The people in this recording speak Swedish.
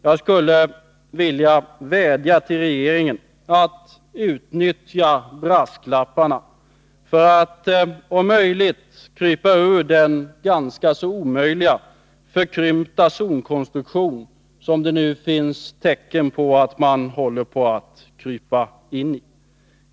Jag skulle vilja vädja till regeringen att utnyttja brasklapparna för att om möjligt krypa ur den ganska så omöjliga förkrympta zonkonstruktion som det nu finns tecken på att man håller på att krypa in i.